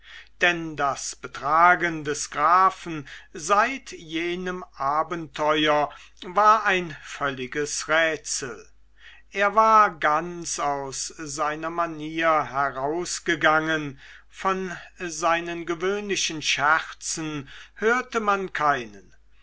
denn das betragen des grafen seit jenem abenteuer war ihr ein völliges rätsel er war ganz aus seiner manier herausgegangen von seinen gewöhnlichen scherzen hörte man keinen